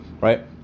Right